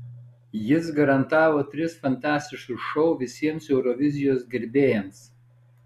jis garantavo tris fantastiškus šou visiems eurovizijos gerbėjams